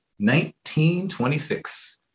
1926